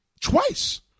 Twice